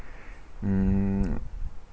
mm